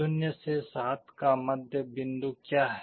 0 से 7 का मध्य बिंदु क्या है